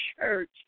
church